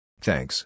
Thanks